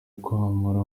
kamarampaka